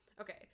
Okay